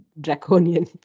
draconian